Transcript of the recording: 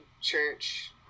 church